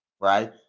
Right